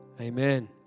amen